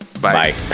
Bye